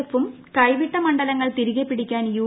എഫും കൈവിട്ട മണ്ഡലങ്ങൾ തിരികെപ്പിടിക്കാൻ യു